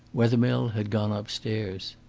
wethermill had gone upstairs.